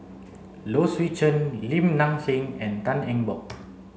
Low Swee Chen Lim Nang Seng and Tan Eng Bock